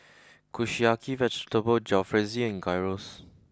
Kushiyaki Vegetable Jalfrezi and Gyros